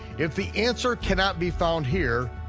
if the answer cannot be found here,